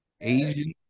Asian